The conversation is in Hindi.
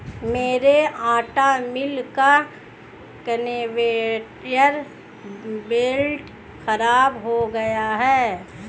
मेरे आटा मिल का कन्वेयर बेल्ट खराब हो गया है